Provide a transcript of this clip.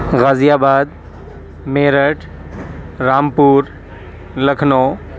غازی آباد میرٹھ رامپور لکھنؤ